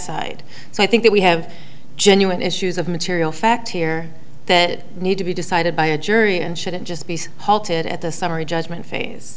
so i think that we have genuine issues of material fact here that need to be decided by a jury and shouldn't just be halted at the summary judgment